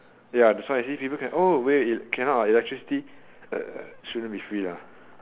ya that's why I say people can oh wait cannot electricity uh shouldn't be free ah